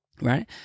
Right